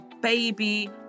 baby